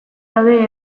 daude